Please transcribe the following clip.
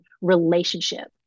relationship